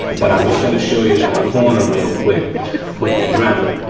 but i'm just gonna show you that corner real quick with the dremel,